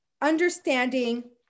understanding